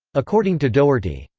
according to doherty,